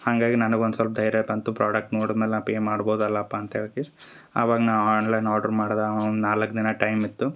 ಹಾಗಾಗಿ ನನಗೂ ಒಂದು ಸೊಲ್ಪ ಧೈರ್ಯ ಬಂತು ಪ್ರಾಡಕ್ಟ್ ನೋಡಿದ ಮೇಲೆ ನಾ ಪೇ ಮಾಡ್ಬೋದಲ್ಲಪಾ ಅಂತ್ಹೇಳಿ ಕೇಶ್ ಅವಾಗ ನಾನು ಆನ್ಲೈನ್ ಆರ್ಡ್ರ್ ಮಾಡ್ದ ಆ ಒಂದು ನಾಲ್ಕು ದಿನ ಟೈಮ್ ಇತ್ತು